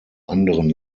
anderen